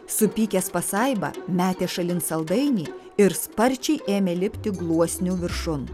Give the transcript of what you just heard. supykęs pasaiba metė šalin saldainį ir sparčiai ėmė lipti gluosniu viršun